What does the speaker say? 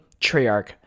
Treyarch